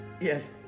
Yes